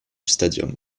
stadium